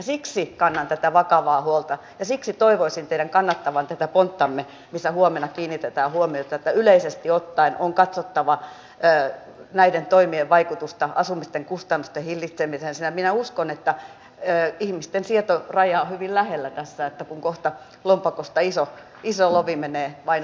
siksi kannan vakavaa huolta ja siksi toivoisin teidän kannattavan tätä ponttamme missä kiinnitetään huomiota siihen että yleisesti ottaen on katsottava näiden toimien vaikutusta asumisen kustannusten hillitsemiseen sillä minä uskon että ihmisten sietoraja on hyvin lähellä tässä kun kohta lompakosta iso lovi menee vain asumiskustannuksiin